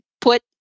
put